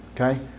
okay